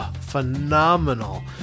phenomenal